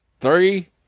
Three